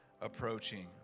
approaching